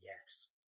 yes